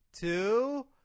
two